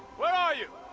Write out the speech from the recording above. where are you?